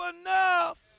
enough